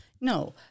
no